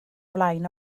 flaen